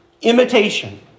imitation